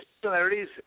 similarities